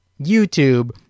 YouTube